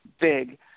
big